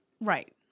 Right